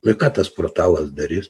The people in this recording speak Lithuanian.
nu i ką tas portalas darys